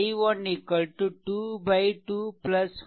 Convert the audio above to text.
அது 0